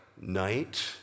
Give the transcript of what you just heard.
night